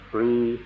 Free